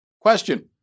Question